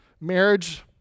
Marriage